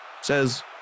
says